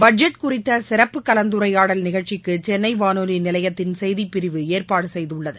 budget குறித்த சிறப்பு கலந்துரையாடல் நிகழ்ச்சிக்கு சென்னை வானொலி நிலையத்தின் செய்திப்பிரிவு ஏற்பாடு செய்துள்ளது